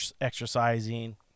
exercising